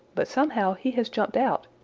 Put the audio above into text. but somehow he has jumped out,